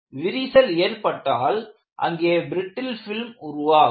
விரிசல் ஏற்பட்டால் அங்கே பிரிட்டில் பிலிம் உருவாகும்